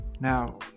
now